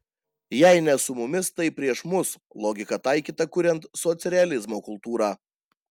jei ne su mumis tai prieš mus logika taikyta kuriant socrealizmo kultūrą